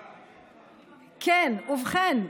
ובכן,